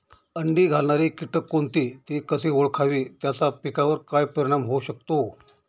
अंडी घालणारे किटक कोणते, ते कसे ओळखावे त्याचा पिकावर काय परिणाम होऊ शकतो?